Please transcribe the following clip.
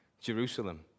Jerusalem